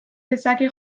dezake